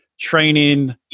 training